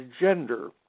gender